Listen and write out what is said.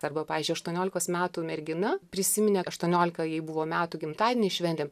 arba pavyzdžiui aštuoniolika metų mergina prisiminė aštuoniolika jai buvo metų gimtadienį šventėm